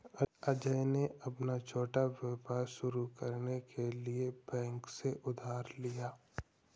अजय ने अपना छोटा व्यापार शुरू करने के लिए बैंक से उधार लिया